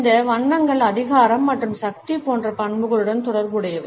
இந்த வண்ணங்கள் அதிகாரம் மற்றும் சக்தி போன்ற பண்புகளுடன் தொடர்புடையவை